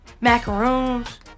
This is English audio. macaroons